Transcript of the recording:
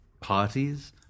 parties